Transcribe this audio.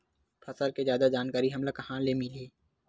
फसल के जादा जानकारी हमला कहां ले मिलही?